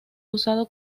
usado